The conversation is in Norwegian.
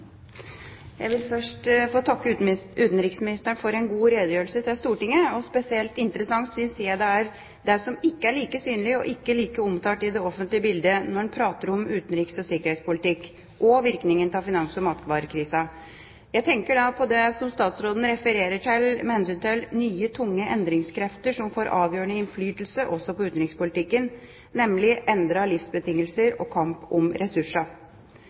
Jeg vil først få takke utenriksministeren for en god redegjørelse til Stortinget. Spesielt interessant synes jeg det er det som ikke er like synlig og ikke like omtalt i det offentlige bildet når en snakker om utenriks- og sikkerhetspolitikk og virkningen av finans- og matvarekrisa. Jeg tenker da på det som utenriksministeren refererer til med hensyn til «nye, tunge endringskrefter som får avgjørende innflytelse også på utenrikspolitikken», nemlig «endrede livsbetingelser og kamp om ressurser».